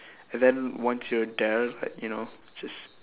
and then once you're there like you know just